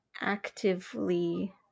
actively